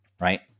right